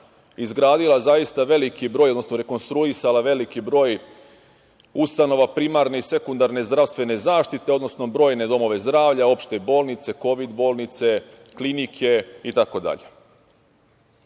izgradila, odnosno rekonstruisala zaista veliki broj ustanova primarne i sekundarne zdravstvene zaštite, odnosno brojne domove zdravlja, opšte bolnice, kovid bolnice, klinike